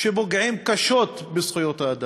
שפוגעים קשות בזכויות האדם.